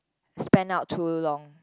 spend out too long